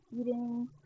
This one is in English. eating